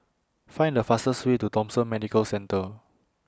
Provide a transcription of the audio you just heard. Find The fastest Way to Thomson Medical Centre